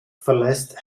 verlässt